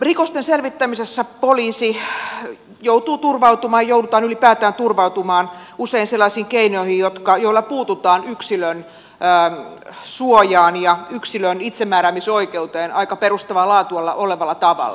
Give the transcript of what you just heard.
rikosten selvittämisessä poliisi joutuu turvautumaan joudutaan ylipäätään turvautumaan usein sellaisiin keinoihin joilla puututaan yksilön suojaan ja yksilön itsemääräämisoikeuteen aika perustavaa laatua olevalla tavalla